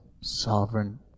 sovereign